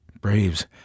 Braves